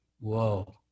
Whoa